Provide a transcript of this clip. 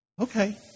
Okay